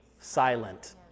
silent